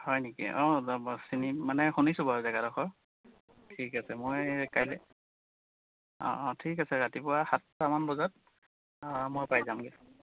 হয় নেকি অঁ চিনি মানে শুনিছোঁ বাৰু জেগাডোখৰ ঠিক আছে মই কাইলৈ অঁ অঁ ঠিক আছে ৰাতিপুৱা সাতটামান বজাত মই পাই যামগৈ